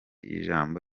ijambo